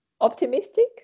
optimistic